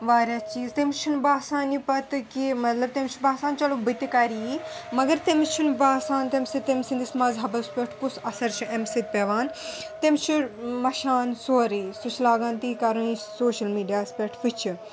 واریاہ چیٖز تٔمِس چھُنہٕ باسان یہِ پَتہٕ کہِ مطلَب تٔمِس چھُ باسان چلو بہٕ تہِ کرٕ یِی مگر تٔمِس چھِنہٕ باسان تَمہِ سٟتۍ تٔمۍ سٕنٛدِ مَذہَبَس پؠٹھ کُس اَثر چھُ اَمہِ سٟتۍ پؠوان تٔمِس چھِ مشان سورُے سُہ چھُ لاگان تی کَرُن یِی سوشَل میٖڈیاہَس پؠٹھ وُِچھِ